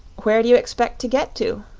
where do you expect to get to?